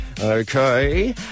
Okay